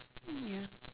mm ya